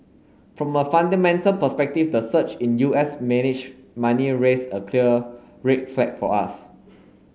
from a fundamental perspective the surge in U S managed money raise a clear red flag for us